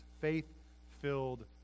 faith-filled